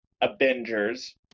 Avengers